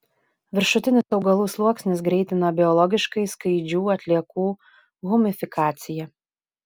viršutinis augalų sluoksnis greitina biologiškai skaidžių atliekų humifikaciją